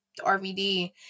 RVD